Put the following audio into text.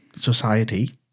society